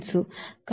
కాబట్టి 178